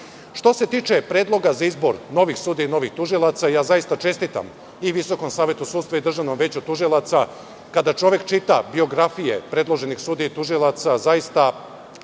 se tiče predloga za izbor novih sudija i novih tužilaca, zaista čestitam i Visokom savetu sudstva i Državnom veću tužilaca. Kada čovek čita biografije predloženih sudija i tužilaca, zaista